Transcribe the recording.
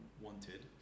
wanted